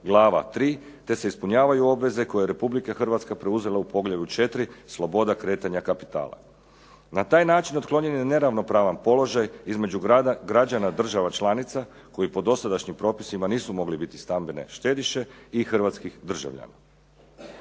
glava 3 te se ispunjavaju obveze koje je Republika Hrvatska preuzela u poglavlju 4.-Sloboda kretanja kapitala. Na taj način otklonjen je neravnopravan položaj između građana država članica koji po dosadašnjim propisima nisu mogli biti stambeni štediše i hrvatskih državljana.